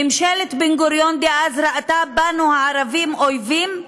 ממשלת בן-גוריון דאז ראתה בנו, הערבים, אויבים,